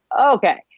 okay